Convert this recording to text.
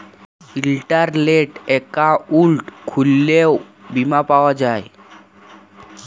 ইলটারলেট account খুইললেও বীমা পাউয়া যায়